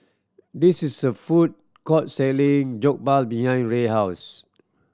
this is a food court selling Jokbal behind Ray house